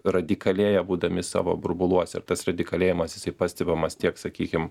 radikalėja būdami savo burbuluose ir tas radikalėjimas jisai pastebimas tiek sakykim